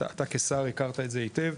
אתה כשר הכרת את זה היטב,